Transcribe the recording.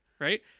right